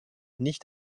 nicht